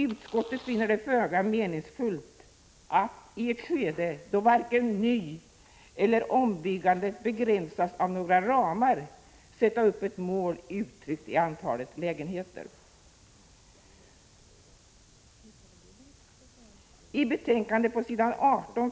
Utskottet finner det föga meningsfullt att i ett skede då varken nyeller ombyggandet begränsas av några ramar sätta upp ett mål uttryckt i antalet lägenheter.